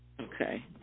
Okay